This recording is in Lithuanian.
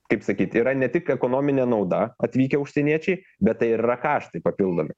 kaip sakyt yra ne tik ekonominė nauda atvykę užsieniečiai bet tai ir yra kaštai papildomi